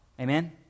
Amen